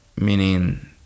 Meaning